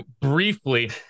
briefly